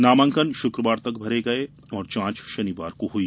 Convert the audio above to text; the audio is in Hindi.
नामांकन शक्रवार तक भरे गए और जांच शनिवार को हई